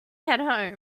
head